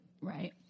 Right